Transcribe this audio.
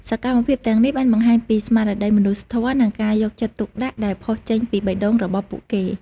សកម្មភាពទាំងនេះបានបង្ហាញពីស្មារតីមនុស្សធម៌ និងការយកចិត្តទុកដាក់ដែលផុសចេញពីបេះដូងរបស់ពួកគេ។